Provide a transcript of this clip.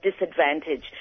disadvantage